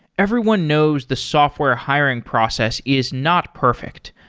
everyone knows the software hiring process is not perfect.